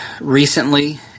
recently